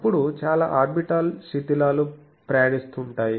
అప్పుడు చాలా ఆర్బిటాల్ శిధిలాలు ప్రయాణిస్తుంటాయి